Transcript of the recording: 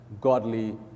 godly